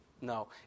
No